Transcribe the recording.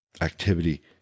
activity